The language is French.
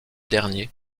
dernier